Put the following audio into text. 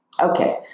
Okay